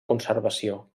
conservació